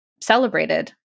celebrated